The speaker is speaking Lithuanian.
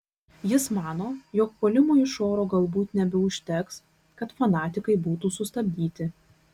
jis mano jog puolimo iš oro galbūt nebeužteks kad fanatikai būtų sustabdyti